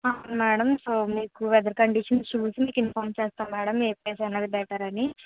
అవును మేడం మీకు so weather condition చూసి మీకు ఇన్ఫామ్ చేస్తాము మేడం మీకు ఏ ప్లేస్ బెటరు అని